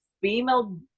female